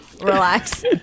relax